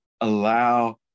allow